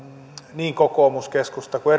niin kokoomus keskusta kuin